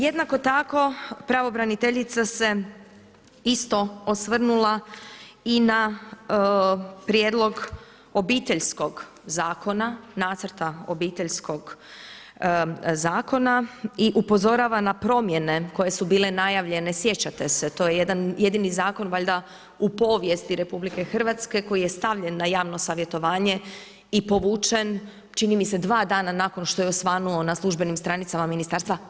Jednako tako, pravobraniteljica se isto osvrnula i na prijedlog Obiteljskog zakona, Nacrta Obiteljskog zakona i upozorava na promjene koje su bile najavljene, sjećate se, to je jedan jedini zakon valjda u povijesti RH koji je stavljen na javno savjetovanje i povučen, čini mi se dva dana nakon što je osvanuo na službenim stranicama Ministarstva.